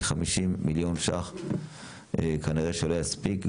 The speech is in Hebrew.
כי כנראה ש-50 מיליון שקל לא יספיקו,